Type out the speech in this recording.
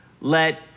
let